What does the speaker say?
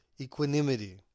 Equanimity